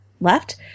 left